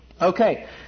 Okay